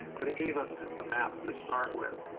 but it gave us a map to start with.